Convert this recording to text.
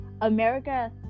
America